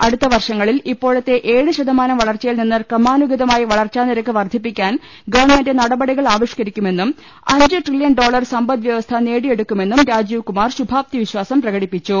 അടുത്ത വർഷങ്ങളിൽ ഇപ്പോഴത്തെ ഏഴ് ശതമാനം വളർച്ചയിൽ നിന്ന് ക്രമാനുഗതമായി വളർച്ചാനി രക്ക് വർധിപ്പിക്കാൻ ഗവൺമെന്റ് നടപടികൾ ആവിഷ്ക്കരിക്കു മെന്നും അഞ്ച് ട്രില്യൻ ഡോളർ സമ്പദ്വ്യവസ്ഥ നേടിയെടുക്കു മെന്നും രാജീവ്കുമാർ ശുഭാപ്തിവിശ്വാസം പ്രകടിപ്പിച്ചു